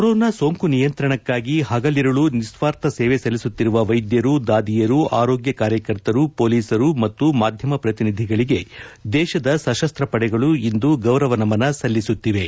corona ಸೋಂಕು ನಿಯಂತ್ರಣಕ್ಕಾಗಿ ಹಗಲಿರುಳು ನಿಸ್ವಾರ್ಥ ಸೇವೆ ಸಲ್ಲಿಸುತ್ತಿರುವ ವೈದ್ಯರು ದಾದಿಯರು ಆರೋಗ್ಲ ಕಾರ್ಯಕರ್ತರು ಪೊಲೀಸರು ಮತ್ತು ಮಾಧ್ಯಮ ಪ್ರತಿನಿಧಿಗಳಿಗೆ ದೇಶದ ಸಶಸ್ತ ಪಡೆಗಳು ಇಂದು ಗೌರವ ನಮನ ಸಲ್ಲಿಸುತ್ತಿವೆ